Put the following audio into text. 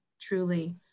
truly